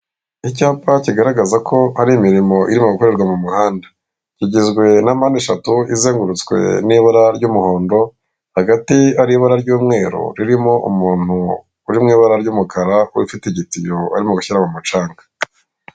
Icyapa kigaragaza ko hari imirimo irimo gukorerwa mu muhanda, kigizwe na mpandeshatu izengurutswe n'ibara ry'umuhondo, hagati ari ibara ry'umweru ririmo umuntu uri mu ibara ry'umukara ufite igitiyo ari gushyira mu mucanga.